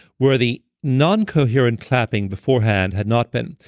where the non-coherent clapping beforehand had not been.